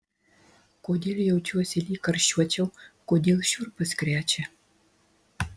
kodėl jaučiuosi lyg karščiuočiau kodėl šiurpas krečia